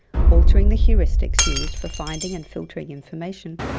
altering the heuristics used for finding and filtering information,